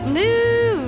new